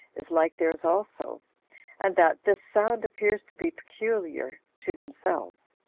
is like theirs also and that this sound appears to be peculiar to themselves.